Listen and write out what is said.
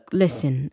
listen